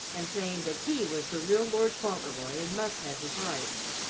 and saying that he was the real lord fauntleroy and must have his rights.